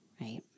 right